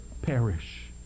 perish